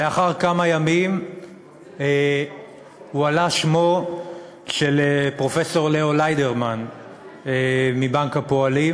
לאחר כמה ימים הועלה שמו של פרופסור ליאו ליידרמן מבנק הפועלים,